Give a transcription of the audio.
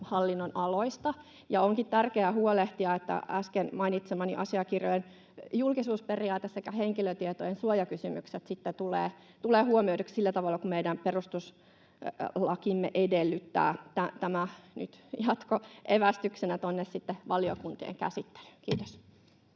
hallin-nonaloista. Onkin tärkeää huolehtia, että äsken mainitsemani asiakirjojen julkisuusperiaate sekä henkilötietojen suojakysymykset sitten tulevat huomioiduiksi sillä tavalla kuin meidän perustuslakimme edellyttää. Tämä nyt jatkoevästyksenä sitten valiokuntien käsittelyyn. — Kiitos.